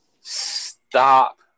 stop